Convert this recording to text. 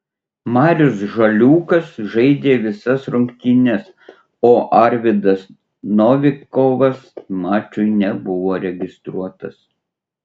marius žaliūkas žaidė visas rungtynes o arvydas novikovas mačui nebuvo registruotas